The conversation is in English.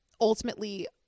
ultimately